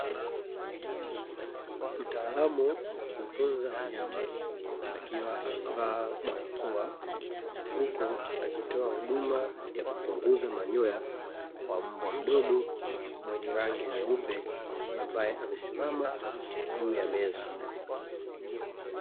Mtaalamu wa kutunza wanyama akiwa amevaa barakoa, huku akitoa huduma ya kupunguza manyoya kwa mbwa mdogo mwenye rangi nyeupe, ambaye amesimama juu ya meza.